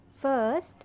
first